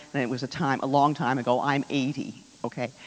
it was a time, a long time ago. i'm eighty, okay?